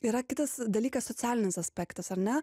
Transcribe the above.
yra kitas dalykas socialinis aspektas ar ne